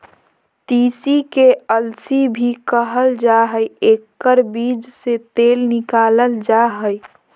तीसी के अलसी भी कहल जा हइ एकर बीज से तेल निकालल जा हइ